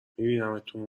میبینمتون